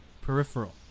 peripheral